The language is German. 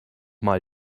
mal